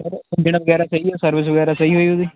sir service ਵਗੈਰਾ ਸਹੀ ਹੋਈ ਉਹਦੀ